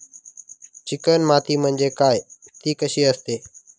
Chicken माती म्हणजे काय? ति कशी असते?